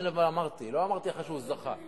לא אמרתי אחרי שהוא זכה.